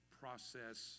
process